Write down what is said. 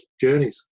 journeys